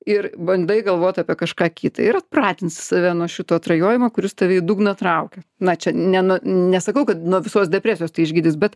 ir bandai galvot apie kažką kitą ir atpratinsi save nuo šito atrajojimo kuris tave į dugną traukia na čia ne no nesakau kad nuo visos depresijos tai išgydys bet